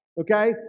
okay